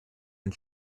and